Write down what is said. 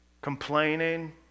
Complaining